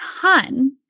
ton